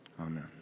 Amen